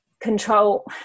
control